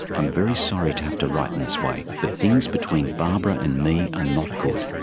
i am very sorry to have to write in this way, but things between barbara and me are not good,